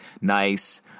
nice